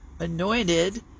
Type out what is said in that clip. anointed